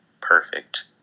perfect